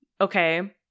okay